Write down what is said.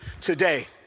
today